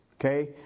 Okay